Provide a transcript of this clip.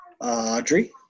Audrey